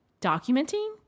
documenting